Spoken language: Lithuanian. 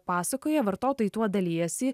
pasakoja vartotojai tuo dalijasi